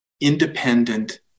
independent